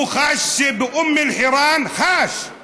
הוא חש שבאום אל-חיראן זה